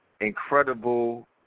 incredible